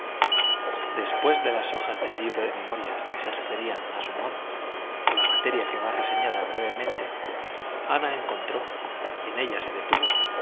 después de las hojas del libro de memorias que se referían a su modo a la materia que va reseñada brevemente ana encontró y en ella se detuvo